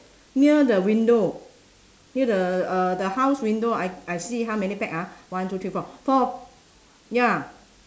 near the window near the uh the house window I I see how many pack ah one two three four four ya